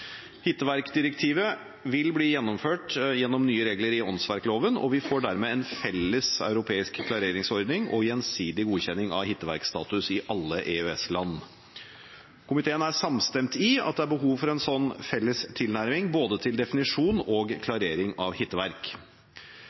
Hitteverkdirektivet vil bli gjennomført gjennom nye regler i åndsverkloven, og vi får dermed en felles europeisk klareringsordning og gjensidig godkjenning av hitteverkstatus i alle EØS-land. Komiteen er samstemt i at det er behov for en slik felles tilnærming både til definisjon og til klarering av hitteverk.